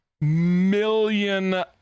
million